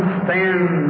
stand